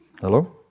hello